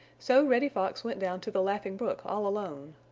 so reddy fox went down to the laughing brook all alone.